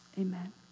Amen